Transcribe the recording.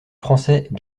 français